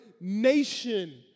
nation